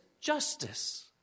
justice